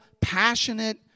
passionate